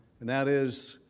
and that is,